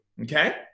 okay